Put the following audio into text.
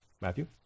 Matthew